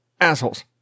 assholes